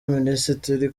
minisitiri